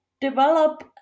develop